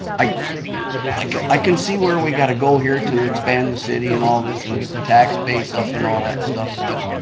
i like i can see where we got to go here to expand the city and all this, and get the tax base up and all that stuff, but,